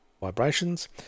vibrations